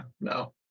no